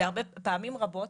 ופעמים רבות,